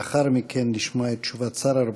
לאחר מכן נשמע את תשובת שר העבודה,